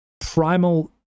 primal